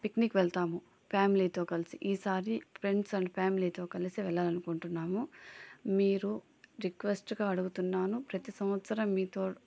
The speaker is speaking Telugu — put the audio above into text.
పిక్నిక్ వెళ్తాము ఫ్యామిలీతో కలిసి ఈ సారి ఫ్రెండ్స్ అండ్ ఫ్యామిలీతో కలిసి వెళ్లాలనుకున్నాము మీరు రిక్వెస్ట్గా అడుగుతున్నాను ప్రతి సంవత్సరం మీతో